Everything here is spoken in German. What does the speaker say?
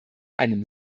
einem